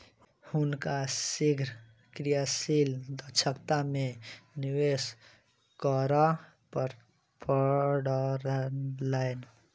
हुनका शीघ्र क्रियाशील दक्षता में निवेश करअ पड़लैन